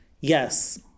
yes